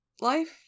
life